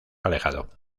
alejado